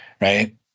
right